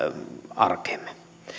arkeemme